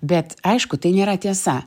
bet aišku tai nėra tiesa